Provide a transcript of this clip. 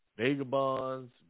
vagabonds